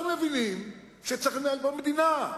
אנחנו מבינים שצריך לנהל פה מדינה.